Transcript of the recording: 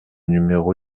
numéro